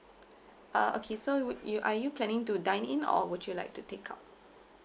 uh okay so would you are you planning to dine in or would you like to takeout